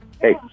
hey